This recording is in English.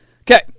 Okay